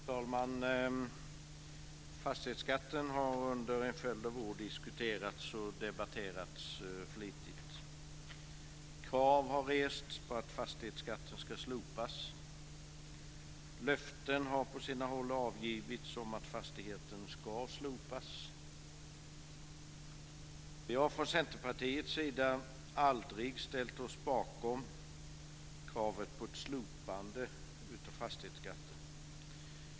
Fru talman! Fastighetsskatten har under en följd av år diskuterats och debatterats flitigt. Krav har rests på att fastighetsskatten ska slopas. På sina håll har löften avgivits om att den ska slopas. Vi från Centerpartiet aldrig ställt oss bakom kravet på ett slopande av fastighetsskatten.